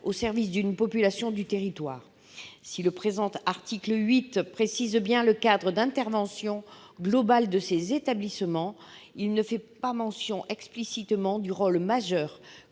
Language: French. au service d'une population du territoire. Si le présent article 8 précise bien le cadre d'intervention global de ces établissements, il ne fait pas mention explicitement du rôle majeur